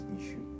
issue